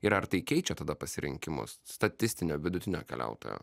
ir ar tai keičia tada pasirinkimus statistinio vidutinio keliautojo